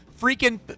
freaking